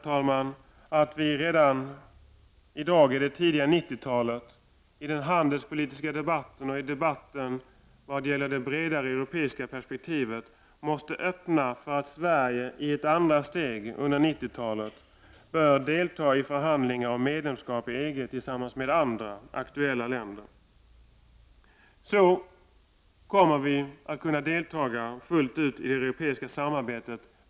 Jag menar att vi redan i dag, i det tidiga 90-talet, i den handelspolitiska debatten och i debatten om det bredare europeiska perspektivet måste öppna för att Sverige tillsammans med andra aktuella länder i ett andra steg under 90-talet bör delta i förhandlingar om medlemskap i EG. Då kommer vi att kunna delta fullt ut i det europeiska samarbetet.